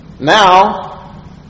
now